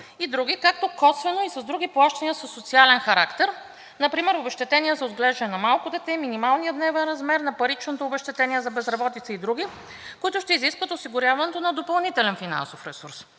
и други, както косвено и с други плащания със социален характер. Например, обезщетения за отглеждане на малко дете, минималният дневен размер на паричното обезщетение за безработица и други, които ще изискват осигуряването на допълнителен финансов ресурс.